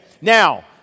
now